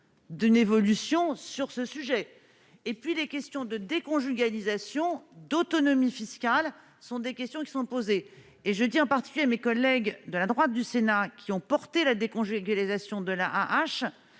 d'une évolution sur ce sujet et puis les questions de déconjugalisation d'autonomie fiscale sont des questions qui sont posées et je dis en particulier mes collègues de la droite du sénat qui ont porté la déconjugalisation de l'AAH